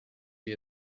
wir